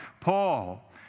Paul